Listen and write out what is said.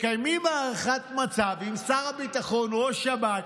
מקיימים הערכת מצב עם שר הביטחון, ראש שב"כ,